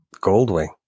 Goldwing